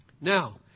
Now